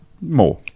more